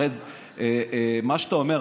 הרי מה שאתה אומר,